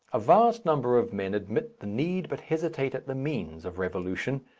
a vast number of men admit the need but hesitate at the means of revolution,